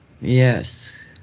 Yes